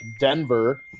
Denver